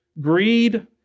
Greed